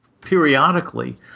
periodically